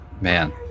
Man